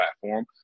platform